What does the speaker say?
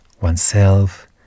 oneself